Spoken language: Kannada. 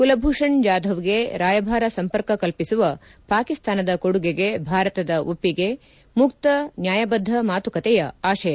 ಕುಲಭೂಷಣ್ ಜಾಧವ್ಗೆ ರಾಯಭಾರ ಸಂಪರ್ಕ ಕಲ್ಸಿಸುವ ಪಾಕಿಸ್ತಾನದ ಕೊಡುಗೆಗೆ ಭಾರತದ ಒಪ್ಸಿಗೆ ಮುಕ್ತ ನ್ಯಾಯಬದ್ದ ಮಾತುಕತೆಯ ಆಶಯ